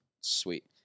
Sweet